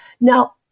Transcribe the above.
Now